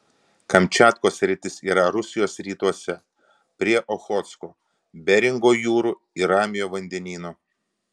kamčiatkos sritis yra rusijos rytuose prie ochotsko beringo jūrų ir ramiojo vandenyno